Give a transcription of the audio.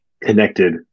connected